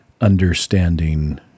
understanding